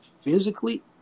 physically